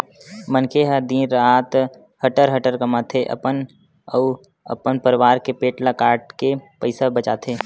मनखे ह दिन रात हटर हटर कमाथे, अपन अउ अपन परवार के पेट ल काटके पइसा बचाथे